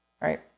right